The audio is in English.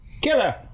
killer